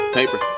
Paper